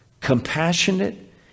compassionate